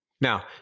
Now